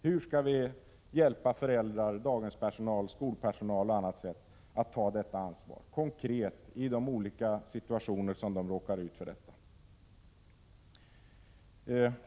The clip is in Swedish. Hur skall vi hjälpa föräldrar, daghemspersonal, skolpersonal och andra att ta detta ansvar konkret i de olika situationer där det blir fråga om våld?